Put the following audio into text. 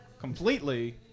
completely